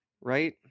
right